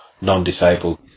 non-disabled